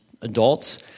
adults